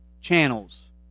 channels